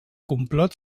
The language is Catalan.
complot